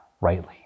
rightly